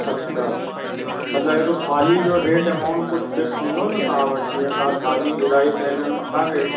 अच्छा मतलबु हिकु थाल्हीअ जो रेट अमाऊंट कुझु फ़िक्स हूंदो न तव्हां वटि जीअं तव्हां थाल्ही ॿुधाई त हिन में छा रेट